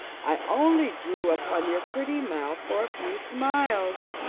i only drew upon your pretty mouth for a few smiles.